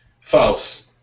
False